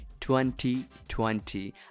2020